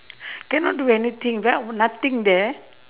cannot do anything right nothing there